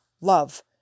love